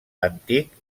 antic